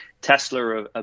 Tesla